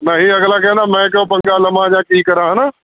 ਨਹੀਂ ਅਗਲਾ ਕਹਿੰਦਾ ਮੈਂ ਕਿਉਂ ਪੰਗਾ ਲਵਾਂ ਜਾਂ ਕੀ ਕਰਾਂ ਹੈ ਨਾ